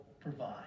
provide